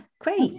Great